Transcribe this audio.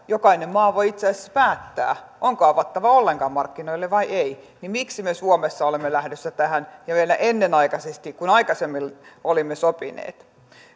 jokainen maa voi itse asiassa päättää onko avattava ollenkaan markkinoille vai ei miksi me sitten suomessa olemme lähdössä tähän ja vielä ennenaikaisesti kuin aikaisemmin olimme sopineet